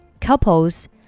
Couples